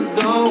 go